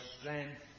strength